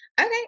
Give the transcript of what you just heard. Okay